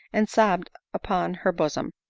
and sobbed upon her bosom.